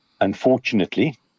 unfortunately